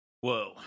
Whoa